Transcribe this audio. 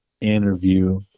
interview